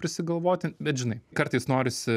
prisigalvoti bet žinai kartais norisi